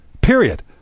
Period